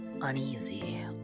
uneasy